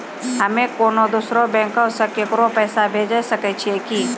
हम्मे कोनो दोसरो बैंको से केकरो पैसा भेजै सकै छियै कि?